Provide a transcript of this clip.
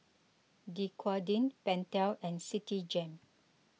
Dequadin Pentel and Citigem